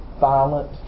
violent